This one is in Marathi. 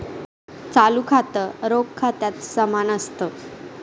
चालू खातं, रोख खात्या समान असत